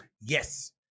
Yes